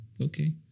Okay